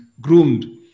groomed